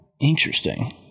interesting